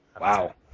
Wow